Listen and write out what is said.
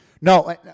No